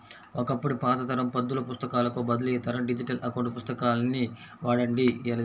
ఒకప్పటి పాత తరం పద్దుల పుస్తకాలకు బదులు ఈ తరం డిజిటల్ అకౌంట్ పుస్తకాన్ని వాడండి